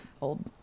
old